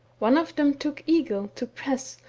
one of them took egil to press,